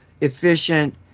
efficient